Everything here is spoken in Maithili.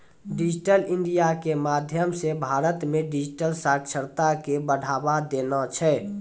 डिजिटल इंडिया के माध्यम से भारत मे डिजिटल साक्षरता के बढ़ावा देना छै